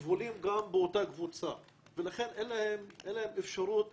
באותה קבוצה ואין להם אפשרות